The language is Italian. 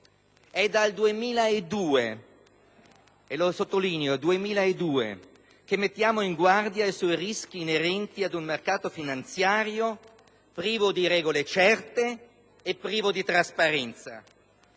dal 2002 - che mettiamo in guardia sui rischi inerenti ad un mercato finanziario privo di regole certe e di trasparenza.